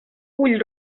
ull